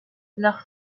leurs